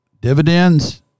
dividends